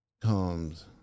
comes